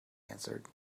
answered